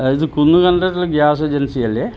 ആ ഇത് കുന്നുകണ്ഠത്തിൽ ഗ്യാസ് ഏജൻസി അല്ലെ